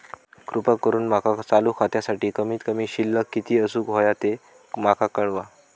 कृपा करून माका चालू खात्यासाठी कमित कमी शिल्लक किती असूक होया ते माका कळवा